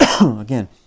Again